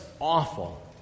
awful